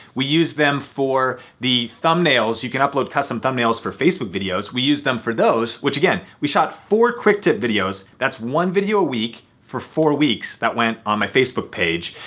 we used them for the thumbnails, you can upload custom thumbnails for facebook videos, we used them for those. which again, we shot four quick tip videos. that's one video a week for four weeks that went on my facebook page.